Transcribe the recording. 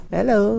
Hello